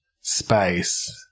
space